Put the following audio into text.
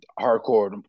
hardcore